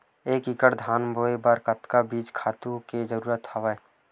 एक एकड़ धान बोय बर कतका बीज खातु के जरूरत हवय?